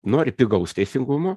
nori pigaus teisingumo